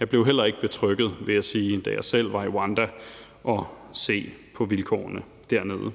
Jeg blev heller ikke betrygget, vil jeg sige, da jeg selv var i Rwanda og se på vilkårene dernede.